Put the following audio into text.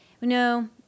No